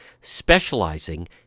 specializing